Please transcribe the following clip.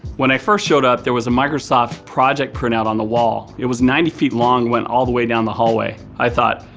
when i first showed up, there was a microsoft project printout on the wall. it was ninety feet long, went all the way down the hallway. i thought,